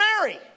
Mary